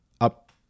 up